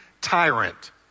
tyrant